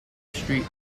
street